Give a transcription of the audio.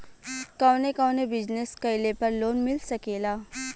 कवने कवने बिजनेस कइले पर लोन मिल सकेला?